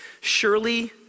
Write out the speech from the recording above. Surely